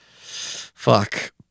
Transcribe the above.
fuck